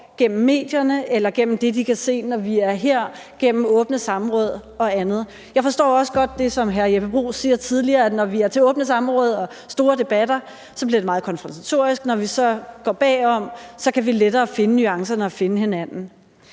gennem medierne eller gennem det, de kan se, når vi er her, gennem åbne samråd og andet. Jeg forstår også godt det, som hr. Jeppe Bruus sagde tidligere: Når vi er til åbne samråd og store debatter, bliver det meget konfrontatorisk. Når vi så går bagom, kan vi lettere finde nuancerne og finde hinanden.